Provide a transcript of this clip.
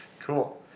Cool